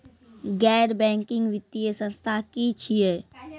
गैर बैंकिंग वित्तीय संस्था की छियै?